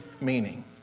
meaning